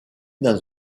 dans